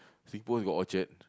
singpost got orchard